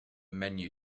menu